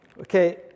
okay